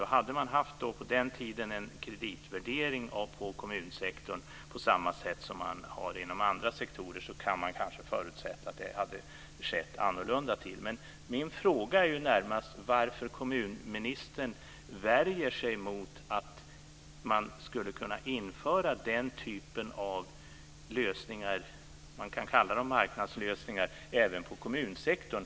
Hade man på den tiden haft en kreditvärdering för kommunsektorn, på samma sätt som man har för andra sektorer, hade man kanske kunnat förutsätta att det hade blivit annorlunda. Min fråga är närmast varför kommunministern värjer sig emot att införa den typen av lösningar - man kan kalla dem marknadslösningar - även för kommunsektorn.